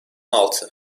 altı